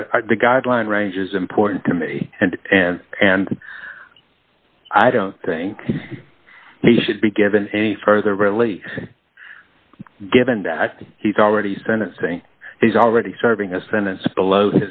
but the guideline range is important committee and i don't think he should be given any further really given that he's already sentencing he's already serving a sentence below